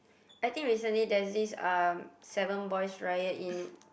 I think recently there's this um seven boys riot in